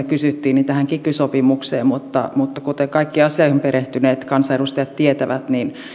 kysyttiin tähän kiky sopimukseen mutta mutta kuten kaikki asioihin perehtyneet kansanedustajat tietävät